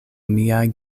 miaj